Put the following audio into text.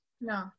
No